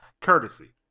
courtesy